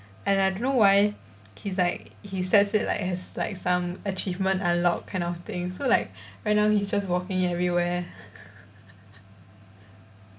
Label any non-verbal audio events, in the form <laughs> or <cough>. and I don't know why he's like he says it like has like some achievement unlocked kind of thing so like right now he's just walking everywhere <laughs>